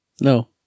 No